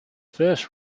first